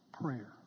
prayer